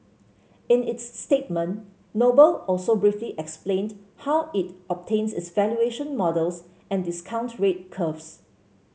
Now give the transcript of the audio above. in its statement Noble also briefly explained how it obtains its valuation models and discount rate curves